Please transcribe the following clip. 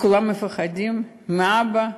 וכולם מפחדים מהאבא,